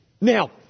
Now